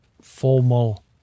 formal